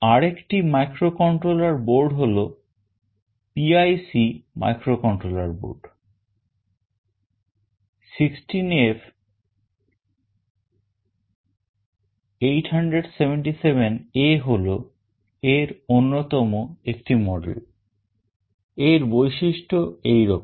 আরেকটি microcontroller board হল PIC microcontroller board 16F877A হল এর অন্যতম একটি মডেল এর বৈশিষ্ট্য এইরকম